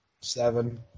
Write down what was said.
Seven